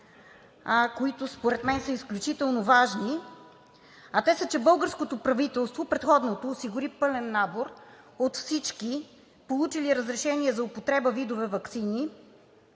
които според мен са изключително важни, а те са, че българското правителство – предходното, осигури пълен набор от всички получили разрешение за употреба видове ваксини